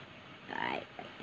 I